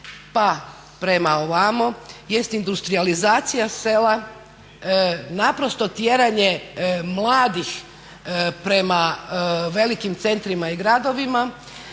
prema ovamo jest industrijalizacija sela, naprosto tjeranje mladih prema velikim centrima i gradovima,